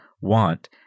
want